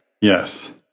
Yes